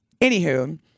anywho